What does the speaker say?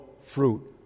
fruit